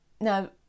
Now